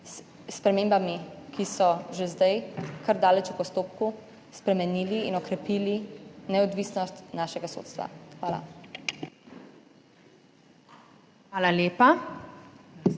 s spremembami, ki so že zdaj kar daleč v postopku, spremenili in okrepili neodvisnost našega sodstva. Hvala. PREDSEDNICA